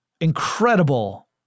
incredible